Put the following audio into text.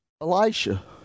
Elisha